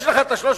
יש לך ה-324,